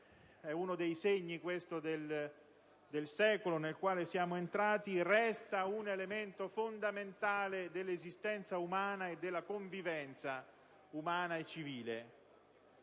è uno dei segni del secolo nel quale siamo entrati - resta un elemento fondamentale dell'esistenza umana e della convivenza umana e civile.